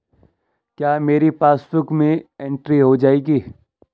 क्या मेरी पासबुक में एंट्री हो जाएगी?